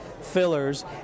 fillers